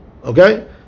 okay